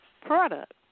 product